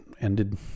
ended